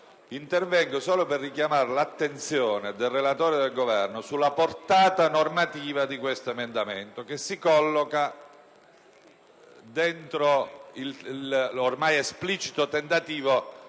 intervengo solo per richiamare l'attenzione del relatore e del Governo sulla portata normativa di questo emendamento, che si colloca dentro l'ormai esplicito tentativo